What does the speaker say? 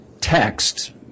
text